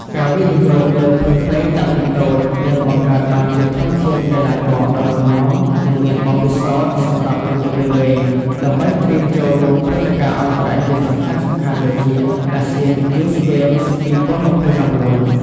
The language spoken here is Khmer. ការវិនិយោគលើក្មេងៗតាំងពីតូច នឹងបង្កើតបានជាធនធានកីឡាករដ៏រឹងមាំ និងមានបទពិសោធន៍សម្រាប់រយៈពេលវែង ដើម្បីត្រៀមចូលរួមព្រឹត្តិការណ៍អន្តរជាតិសំខាន់ៗ ដូចជា Asian Youth Games 2029។